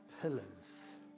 pillars